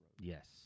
Yes